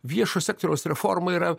viešo sektoriaus reforma yra